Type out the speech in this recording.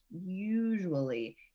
usually